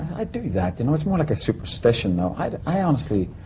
i do that. you know, it's more like a superstition, though. i. i honestly.